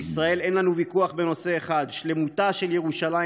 בישראל אין לנו ויכוח בנושא אחד: שלמותה של ירושלים